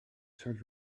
started